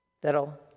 that'll